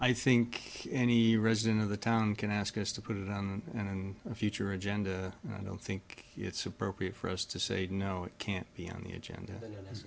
i think any resident of the town can ask us to put it on and in the future agenda i don't think it's appropriate for us to say no it can't be on the agenda